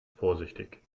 vorsichtig